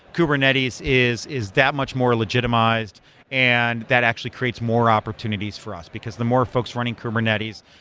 kubernetes is is that much more legitimized and that actually creates more opportunities for us, because the more folks running kubernetes,